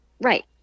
Right